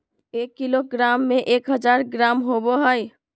एक किलोग्राम में एक हजार ग्राम होबो हइ